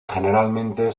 generalmente